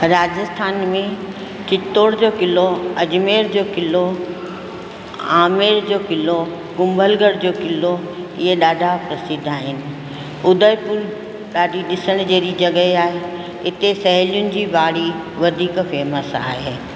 राजस्थान में चित्तौड़ जो क़िलो अजमेर जो किलो आमेर जो किलो कुंभलगढ़ जो किलो इए ॾाढा प्रसिद्ध आहिनि उदयपुर ॾाढी ॾिसण जहिड़ी जॻह आहे इते सहेलियुन जी बाड़ी वधीक फेमस आहे